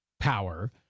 power